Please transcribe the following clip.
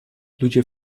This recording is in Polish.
ludzie